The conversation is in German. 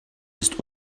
ist